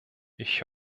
ich